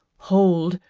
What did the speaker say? hold,